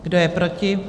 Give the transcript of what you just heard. Kdo je proti?